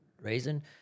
reason